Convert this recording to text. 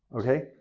Okay